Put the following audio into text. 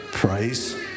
Praise